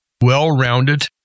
well-rounded